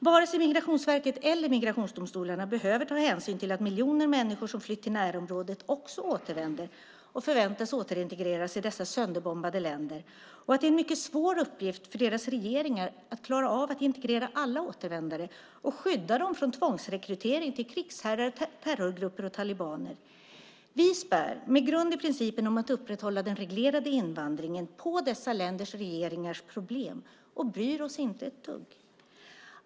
Vare sig Migrationsverket eller migrationsdomstolarna behöver ta hänsyn till att miljoner människor som flytt till närområdet också återvänder och förväntas återintegreras i dessa sönderbombade länder och att det är en mycket svår uppgift för deras regeringar att klara av att integrera alla återvändare och skydda dem från tvångsrekrytering till krigsherrar, terrorgrupper och talibaner. Med grund i principen att upprätthålla den reglerade invandringen späder vi på dessa länders regeringars problem och bryr oss inte ett dugg.